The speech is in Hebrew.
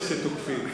מאלה שתוקפים.